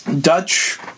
Dutch